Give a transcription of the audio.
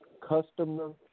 customer